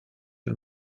del